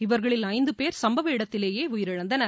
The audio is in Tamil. இவர்களில் ஐந்து பேர் சம்பவ இடத்திலேயே உயிரிழந்தனர்